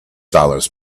dollars